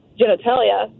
genitalia